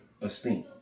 esteem